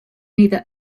neither